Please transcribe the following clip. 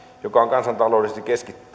joka on kansantaloudellisesti